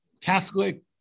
Catholic